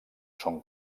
són